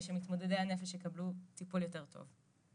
שמתמודדי הנפש יקבלו טיפול יותר טוב.